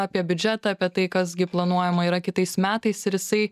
apie biudžetą apie tai kas gi planuojama yra kitais metais ir jisai